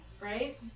Right